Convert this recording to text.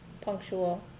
punctual